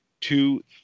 two